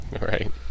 Right